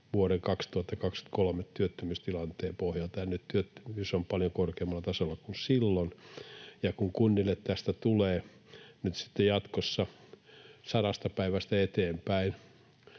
vuoden 2023 työttömyystilanteen pohjaa, ja nyt työttömyys on paljon korkeammalla tasolla kuin silloin. Kunnille tästä tulee nyt sitten jatkossa sadasta päivästä eteenpäin